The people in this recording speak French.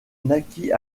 naquit